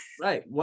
Right